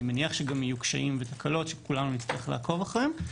אני מניח שגם יהיו קשיים ותקלות שכולנו נצטרך לעקוב אחריהם.